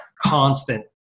constant